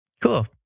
cool